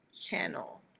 channel